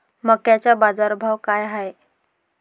मक्याचा बाजारभाव काय हाय?